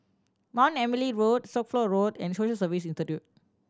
Mount Emily Road Suffolk Road and Social Service Institute